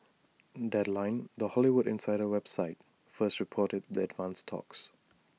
deadline the Hollywood insider website first reported the advanced talks